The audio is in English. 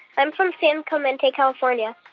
i'm from san clemente, calif. ah yeah